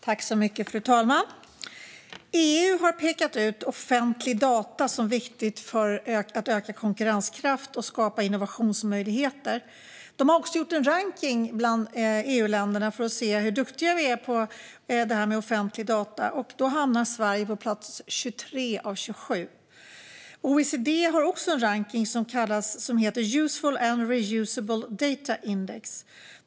Fru talman! EU har pekat ut offentliga data som viktigt för att öka konkurrenskraften och skapa innovationsmöjligheter. Man har också gjort en rankning bland EU-länderna för att se hur duktiga vi är på det här med offentliga data. Där hamnade Sverige på plats 23 av 27. OECD har också en rankning, som heter Open, Useful and Re-usable data Index.